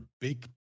big